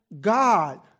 God